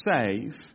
save